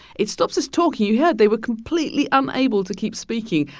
it stops us talking. you heard. they were completely unable to keep speaking.